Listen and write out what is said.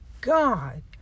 God